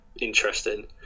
interesting